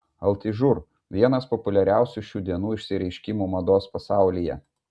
atližur vienas populiariausių šių dienų išsireiškimų mados pasaulyje